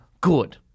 good